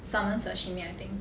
salmon sashimi I think